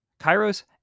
Kairos